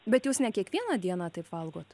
bet jūs ne kiekvieną dieną taip valgot